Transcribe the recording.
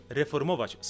reformować